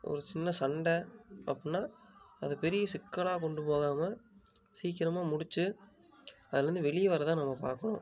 ஒரு சின்ன சண்டை அப்படினா அதை பெரிய சிக்கலாக கொண்டு போகாமல் சீக்கிரமாக முடிச்சு அதில் இருந்து வெளியே வர தான் நம்ம பார்க்கணும்